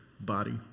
body